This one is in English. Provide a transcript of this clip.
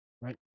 right